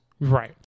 Right